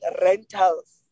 rentals